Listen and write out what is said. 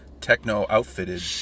techno-outfitted